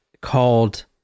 called